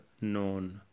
known